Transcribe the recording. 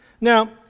Now